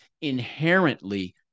inherently